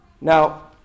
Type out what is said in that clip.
now